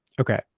Okay